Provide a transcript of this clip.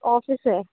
office है